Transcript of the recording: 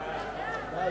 מס'